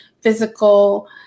physical